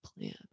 plan